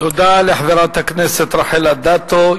תודה לחברת הכנסת רחל אדטו.